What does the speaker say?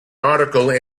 article